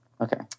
Okay